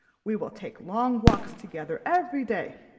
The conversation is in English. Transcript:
we will take long walks together every day.